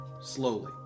Slowly